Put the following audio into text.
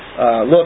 Look